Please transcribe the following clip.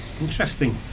Interesting